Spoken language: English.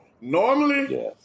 Normally